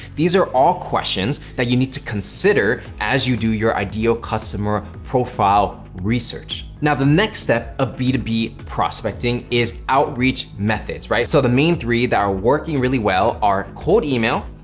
these are all questions that you need to consider as you do your ideal customer profile research. now the next step of b two b prospecting is outreach methods, right? so the main three that are working really well are cold email,